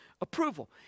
approval